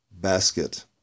basket